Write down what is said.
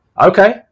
Okay